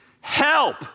Help